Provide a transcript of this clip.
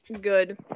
Good